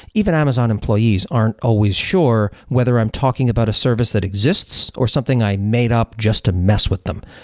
even amazon employees aren't always sure whether i'm talking about a service that exists or something i made up just to mess with them.